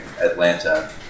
Atlanta